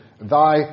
thy